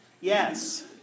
Yes